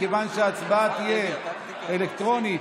כיוון שההצבעה תהיה אלקטרונית,